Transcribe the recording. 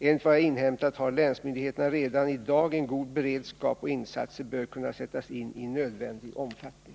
Enligt vad jag inhämtat har länsmyndigheterna redan i dag en god beredskap, och insatser bör kunna sättas in i nödvändig omfattning.